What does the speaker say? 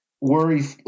worry